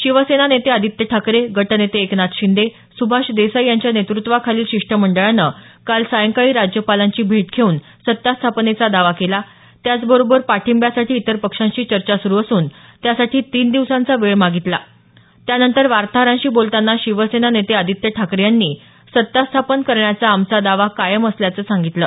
शिवसेना नेते आदित्य ठाकरे गटनेते एकनाथ शिंदे सुभाष देसाई यांच्या नेतृत्वाखालील शिष्टमंडळानं काल सायंकाळी राज्यपालांची भेट घेऊन सत्ता स्थापनेचा दावा केला त्याचबरोबर पाठिंब्यासाठी इतर पक्षांशी चर्चा सुरू असून त्यासाठी तीन दिवसांचा वेळ मागितला त्यानंतर वार्ताहरांशी बोलतांना शिवसेना नेते आदित्य ठाकरे यांनी सत्ता स्थापन करण्याचा आमचा दावा कायम असल्याचं सांगितलं